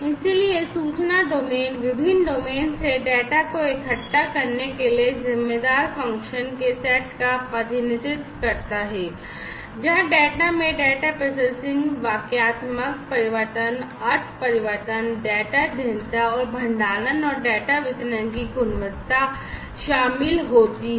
इसलिए सूचना डोमेन विभिन्न डोमेन से डेटा को इकट्ठा करने के लिए जिम्मेदार फ़ंक्शन और भंडारण और डेटा वितरण की गुणवत्ता शामिल होती है